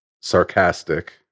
sarcastic